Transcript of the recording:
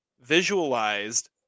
visualized